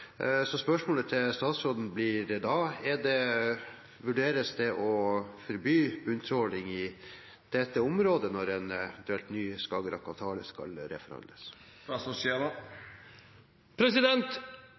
Spørsmålet til statsråden blir da: Vurderes det å forby bunntråling i dette området når en eventuelt ny Skagerrak-avtale skal reforhandles?